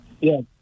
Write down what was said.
Yes